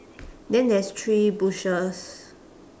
then there's three bushes